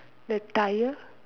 the tyre